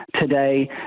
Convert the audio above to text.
today